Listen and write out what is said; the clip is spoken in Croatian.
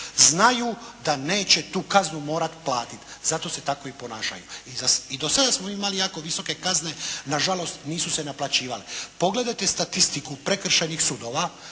znaju da neće tu kaznu morati platiti, zato se tako i ponašaju. I do sada smo imali jako visoke kazne, nažalost nisu se naplaćivale. Pogledajte statistiku prekršajnih sudova,